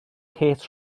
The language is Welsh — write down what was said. kate